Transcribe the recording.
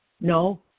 no